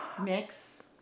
mix